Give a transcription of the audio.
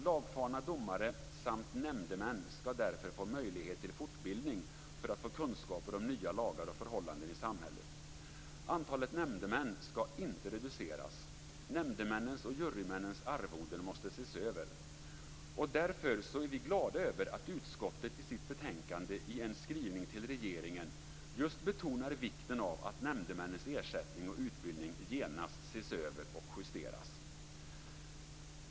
Lagfarna domare samt nämndemän skall därför få möjlighet till fortbildning för att få kunskaper om nya lagar och förhållanden i samhället. Antalet nämndemän skall inte reduceras. Nämdemännens och jurymännens arvoden måste ses över. Därför är vi glada över att utskottet i sitt betänkande i en skrivning till regeringen just betonar vikten av att nämndemännens ersättning och utbildning genast ses över och justeras.